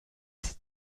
sie